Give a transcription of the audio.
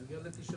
צריך להגיע ל-9%.